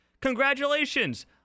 congratulations